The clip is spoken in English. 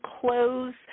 close